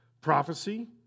prophecy